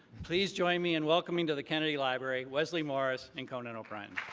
please join me in welcoming to the kennedy library, wesley morris and conan o'brien.